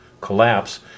collapse